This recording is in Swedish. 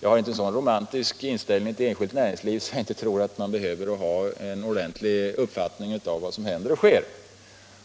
Jag har inte en så romantisk inställning till enskilt näringsliv att jag inte tror att man skulle behöva få en ordentlig uppfattning om vad som händer och sker där,